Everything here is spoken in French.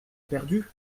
perdue